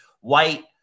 White